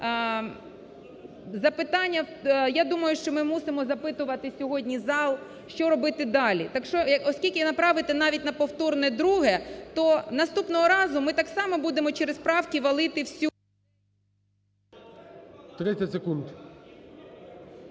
я думаю, що ми мусимо запитувати сьогодні зал, що робити далі. Оскільки направити на повторне друге, то наступного разу ми так само будемо через правки валити всю…